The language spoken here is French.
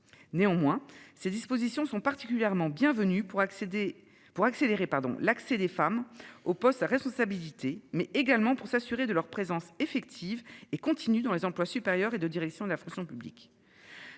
Néanmoins, ces dispositions sont particulièrement bienvenues pour accéder pour accélérer pardon, l'accès des femmes aux postes à responsabilité mais également pour s'assurer de leur présence effective et continue dans les emplois supérieurs et de direction de la fonction publique.